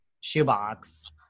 shoebox